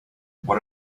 what